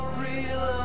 real